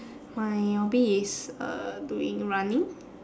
my hobby is uh doing running